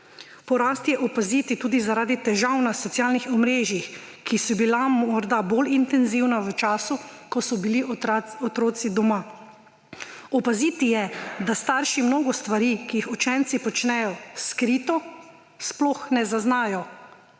Porast je opaziti tudi zaradi težav na socialnih omrežjih, ki so bila morda bolj intenzivna v času, ko so bili otroci doma. Opaziti je, da starši mnogo stvari, ki jih učenci počnejo skrito, sploh ne zaznajo,